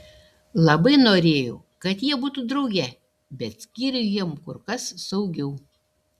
labai norėjau kad jie būtų drauge bet skyrium jiems kur kas saugiau